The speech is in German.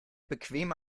bequeme